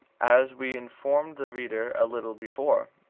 as we informed the reader a little before.